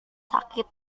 sakit